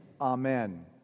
Amen